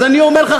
אז אני אומר לך,